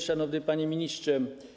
Szanowny Panie Ministrze!